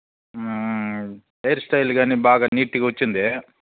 hair style కాని బాగా నీట్గా వచ్చింది